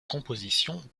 compositions